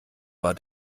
war